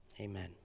Amen